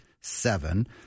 seven